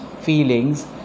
feelings